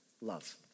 love